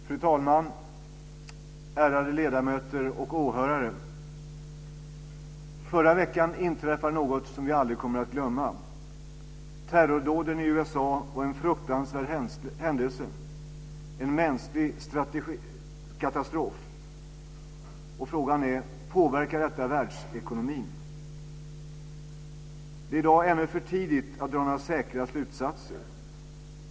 Fru talman! Ärade ledamöter och åhörare! Förra veckan inträffade något som vi aldrig kommer att glömma. Terrordåden i USA var en fruktansvärd händelse, en mänsklig katastrof. Frågan är: Påverkar detta världsekonomin? Det är i dag ännu för tidigt att dra några säkra slutsatser.